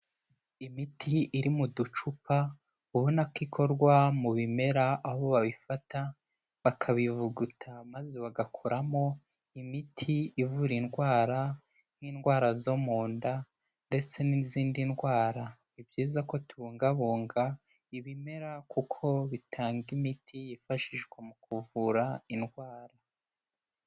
Imiti iri mu ducupa ubona ko ikorwa mu bimera aho babifata bakabivuguta maze bagakoramo imiti ivura indwara nk'indwara zo mu nda ndetse n'izindi ndwara, ni byiza ko tubungabunga ibimera kuko bitanga imiti yifashishwa mu kuvura indwara.